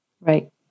Right